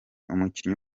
umukinnyi